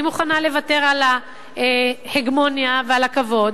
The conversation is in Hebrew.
אני מוכנה לוותר על ההגמוניה ועל הכבוד.